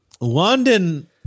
London